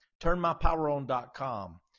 TurnMyPowerOn.com